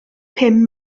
pum